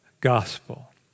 gospel